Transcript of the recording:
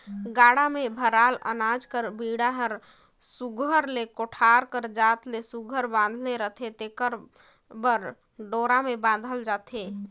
गाड़ा मे भराल अनाज कर बीड़ा हर सुग्घर ले कोठार कर जात ले सुघर बंधाले रहें तेकर बर डोरा मे बाधल जाथे